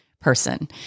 person